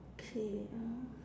K